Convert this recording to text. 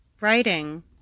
writing